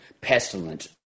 pestilence